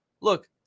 Look